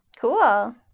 cool